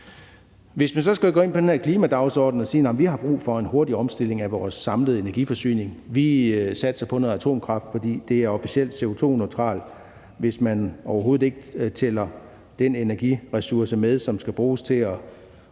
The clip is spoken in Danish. at man så går ind på den her klimadagsorden og siger: Vi har brug for en hurtig omstilling af vores samlede energiforsyning, så vi satser på noget atomkraft, fordi det officielt er CO2-neutralt, hvis man overhovedet ikke tæller de energiressourcer med, som skal bruges til at